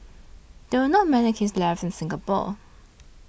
there are not many kilns left in Singapore